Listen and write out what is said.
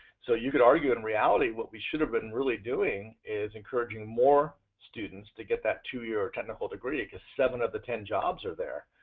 so you could argue in reality what we should have been really doing is encouraging more students to get that two year technical degree because seven of the ten jobs are there.